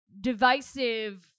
divisive